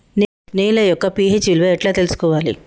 నేల యొక్క పి.హెచ్ విలువ ఎట్లా తెలుసుకోవాలి?